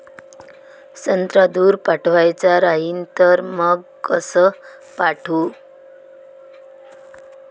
संत्रा दूर पाठवायचा राहिन तर मंग कस पाठवू?